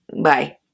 bye